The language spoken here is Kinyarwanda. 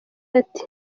ati